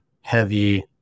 heavy